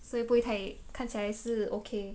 所以不会太看起来是 okay